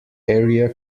area